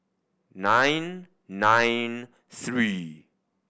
nine nine three